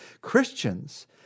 Christians